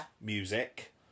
music